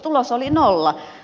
tulos oli nolla